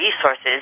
resources